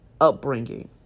upbringing